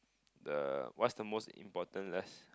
the what's the most important lesson